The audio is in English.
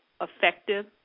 effective